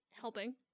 helping